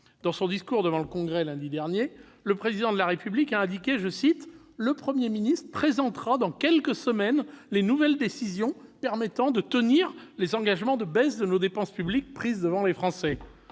Dans son discours devant le Congrès, lundi dernier, le Président de la République a indiqué :« le Premier ministre présentera dans quelques semaines les nouvelles décisions permettant de tenir les engagements de baisse de nos dépenses publiques prises devant les Français. »